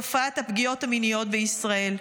את תופעת הפגיעות המיניות בישראל.